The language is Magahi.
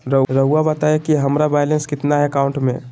रहुआ बताएं कि हमारा बैलेंस कितना है अकाउंट में?